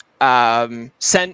sent